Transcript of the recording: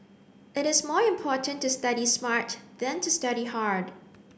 it is more important to study smart than to study hard